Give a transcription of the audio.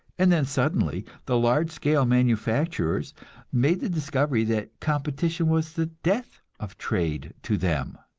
and then suddenly the large-scale manufacturers made the discovery that competition was the death of trade to them.